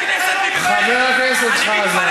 משת"פית, לא לא לא, חבר הכנסת חזן.